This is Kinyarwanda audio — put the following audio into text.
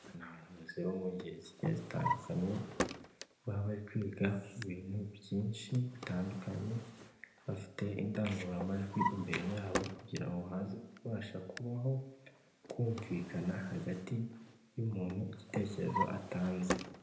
Aba ni abayobozi bo mu ngeri zigiye zitandukanye baba bari kwiga ku bintu byinshi bitandukanye, bafite indangururamajwi imbere yabo kugira ngo haze kubasha kubaho kumvikana hagati y'umuntu n'igitekerezo atanze.